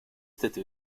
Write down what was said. tattoo